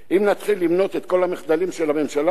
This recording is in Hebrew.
אם נתחיל למנות את כל המחדלים של הממשלה הזאת,